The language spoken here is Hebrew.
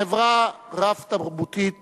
בחברה רב-תרבותית